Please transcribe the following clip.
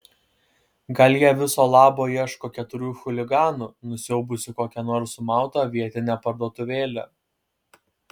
gal jie viso labo ieško keturių chuliganų nusiaubusių kokią nors sumautą vietinę parduotuvėlę